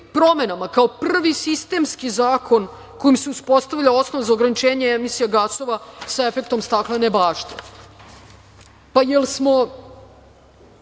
promenama kao prvi sistemski zakon kojim se uspostavlja osnov za ograničenje emisije gasova sa efektom staklene bašte. Da li smo